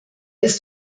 ist